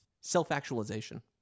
self-actualization